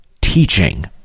teaching